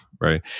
right